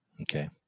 Okay